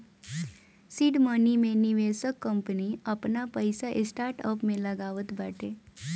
seed money मे निवेशक company आपन पईसा स्टार्टअप में लगावत बाटे